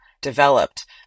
developed